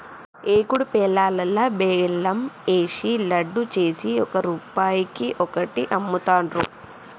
ఏకుడు పేలాలల్లా బెల్లం ఏషి లడ్డు చేసి ఒక్క రూపాయికి ఒక్కటి అమ్ముతాండ్రు